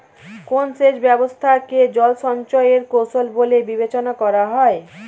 কোন সেচ ব্যবস্থা কে জল সঞ্চয় এর কৌশল বলে বিবেচনা করা হয়?